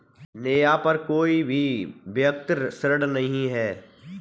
नेहा पर कोई भी व्यक्तिक ऋण नहीं है